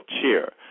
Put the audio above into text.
chair